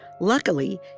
Luckily